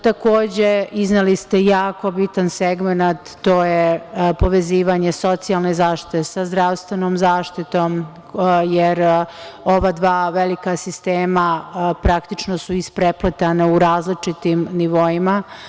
Takođe, izneli ste jako bitan segment, a to je povezivanje socijalne zaštite sa zdravstvenom zaštitom, jer ova dva velika sistema, praktično, su isprepletana u različitim nivoima.